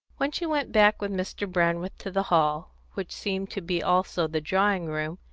when she went back with mr. brandreth to the hall, which seemed to be also the drawing-room,